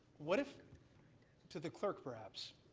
what if to the clerk, perhaps,